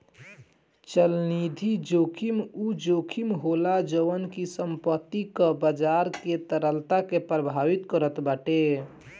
चलनिधि जोखिम उ जोखिम होला जवन की संपत्ति कअ बाजार के तरलता के प्रभावित करत बाटे